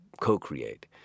co-create